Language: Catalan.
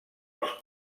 als